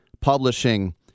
Publishing